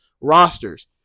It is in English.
rosters